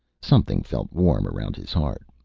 something felt warm around his heart.